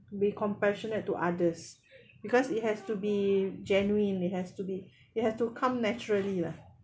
be compassionate to others because it has to be genuine it has to be you have to come naturally lah